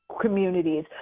communities